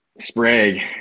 Sprague